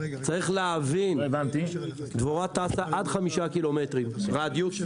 צריך להבין, דבורה טסה עד 5 קילומטרים, רדיוס.